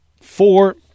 four